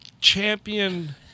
champion